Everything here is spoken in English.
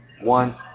one